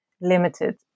limited